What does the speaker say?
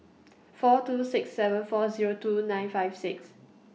four two six seven four Zero two nine five six